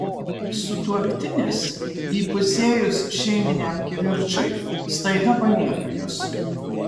sutuoktinis įpusėjus šeiminiam kivirčui staiga palieka jus